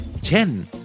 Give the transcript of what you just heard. Ten